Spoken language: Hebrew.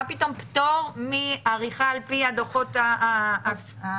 מה פתאום פטור מעריכה על פי הדוחות החשבונאיים